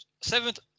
seventh